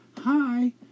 hi